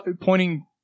pointing